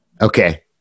Okay